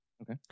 okay